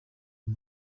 uyu